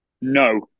No